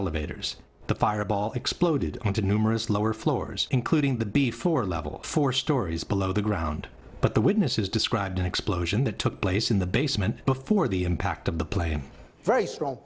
years the fireball exploded into numerous lower floors including the before level four stories below the ground but the witnesses described an explosion that took place in the basement before the impact of the plane